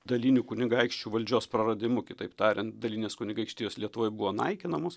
daliniu kunigaikščių valdžios praradimu kitaip tariant dalinės kunigaikštijos lietuvoj buvo naikinamos